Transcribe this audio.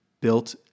built